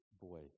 boy